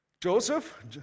Joseph